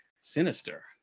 sinister